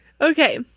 Okay